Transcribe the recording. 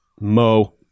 Mo